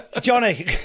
Johnny